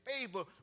favor